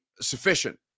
sufficient